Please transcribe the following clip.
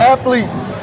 Athletes